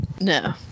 no